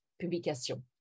publication